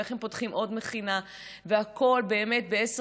ואיך הם פותחים עוד מכינה,